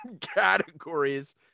categories